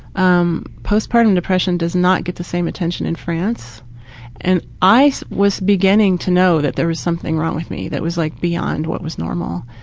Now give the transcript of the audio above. um postpartum depression does not get the same attention in france and i was beginning to know that there is something wrong with me that was like beyond what was normal.